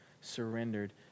surrendered